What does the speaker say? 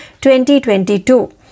2022